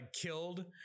killed